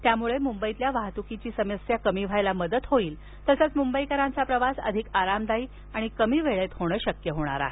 यामुळे मुंबईतील वाहत्कीची समस्या कमी होण्यास मदत होईल तसंच मुंबईकरांचा प्रवास अधिक आरामदायी आणि कमी वेळेत होणे शक्य होणार आहे